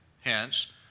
Hence